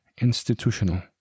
Institutional